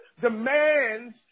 demands